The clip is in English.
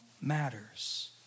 matters